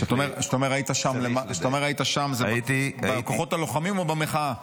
כשאתה אומר שהיית שם, בכוחות הלוחמים או במחאה?